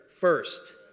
first